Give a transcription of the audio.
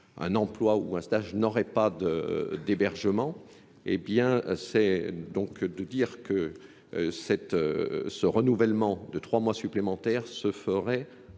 un emploi ou un stage n'aurait pas d'hébergement, eh bien c'est donc de dire que ce renouvellement de trois mois supplémentaires se ferait